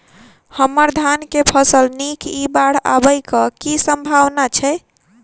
हम्मर धान केँ फसल नीक इ बाढ़ आबै कऽ की सम्भावना छै?